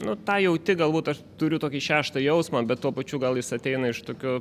nu tą jauti galbūt aš turiu tokį šeštą jausmą bet tuo pačiu gal jis ateina iš tokių